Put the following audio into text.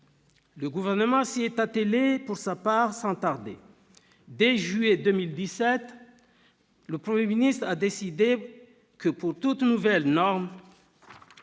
Le Gouvernement, pour sa part, s'y est attelé sans tarder. Dès juillet 2017, le Premier ministre a décidé que, pour toute nouvelle norme,